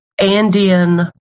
Andean